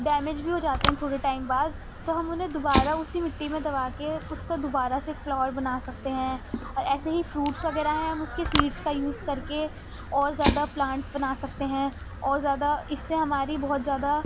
damage بھی ہو جاتے ہیں تھوڑے ٹائم بعد تو ہم انہیں دوبارہ اسی مٹی میں دبا کے اس کو دوبارہ سے فلاور بنا سکتے ہیں اور ایسے ہی فروٹس وغیرہ ہیں ہم اس کے سیڈس کا یوز کر کے اور زیادہ پلانٹس بنا سکتے ہیں اور زیادہ اس سے ہماری بہت زیادہ